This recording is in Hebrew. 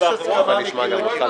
יש הסכמה מקיר לקיר.